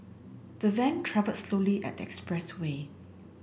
the van travelled slowly on the expressway